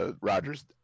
rogers